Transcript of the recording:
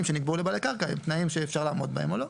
שנקבעו לבעלי קרקע זה תנאים שאפשר לעמוד בהם או לא.